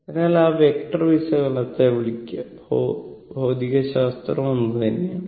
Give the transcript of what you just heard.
അതിനാൽ ആ വെക്റ്റർ വിശകലനത്തെ വിളിക്കുക ഭൌതികശാസ്ത്രം ഒന്നുതന്നെയാണ്